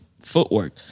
footwork